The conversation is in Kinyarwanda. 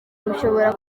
bishobora